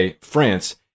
France